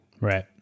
Right